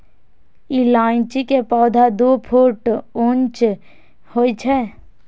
इलायची के पौधा दू फुट ऊंच होइ छै